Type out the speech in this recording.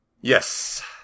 Yes